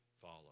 follow